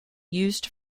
used